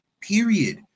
Period